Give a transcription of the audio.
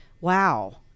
wow